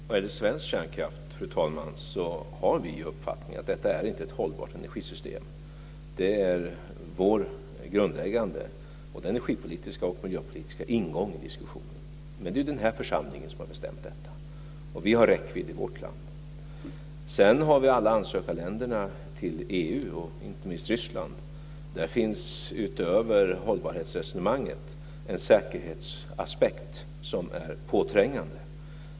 Fru talman! Vad gäller svensk kärnkraft har vi uppfattningen att det inte är ett hållbart energisystem. Det är vår grundläggande energipolitiska och miljöpolitiska ingång i diskussionen. Det är den här församlingen som har bestämt det, och vi har räckvidd i vårt land. Sedan har vi alla ansökarländerna till EU och inte minst Ryssland. Där finns utöver hållbarhetsresonemangen en säkerhetsaspekt som är påträngande.